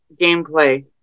gameplay